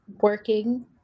working